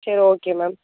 சரி okay ma'am